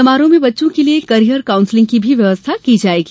समारोह में बच्चों के लिये कॅरियर कांउसलिंग की व्यवस्था भी की जायेगी